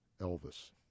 Elvis